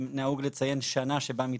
זה פורסם שם.